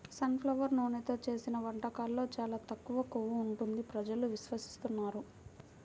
sun flower నూనెతో చేసిన వంటకాల్లో చాలా తక్కువ కొవ్వు ఉంటుంది ప్రజలు విశ్వసిస్తున్నారు